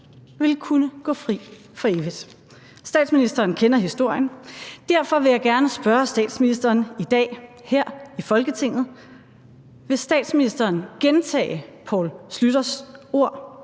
vil kunne gå fri for evigt. Statsministeren kender historien. Derfor vil jeg gerne spørge statsministeren i dag her i Folketinget: Vil statsministeren gentage Poul Schlüters ord?